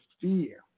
fear